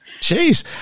Jeez